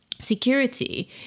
security